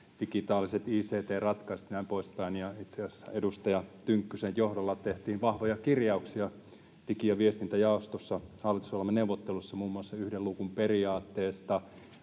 digitaaliset ict-ratkaisut ja näin poispäin. Itse asiassa edustaja Tynkkysen johdolla tehtiin vahvoja kirjauksia digi- ja viestintäjaostossa hallitusohjelmaneuvotteluissa muun muassa yhden luukun periaatteesta,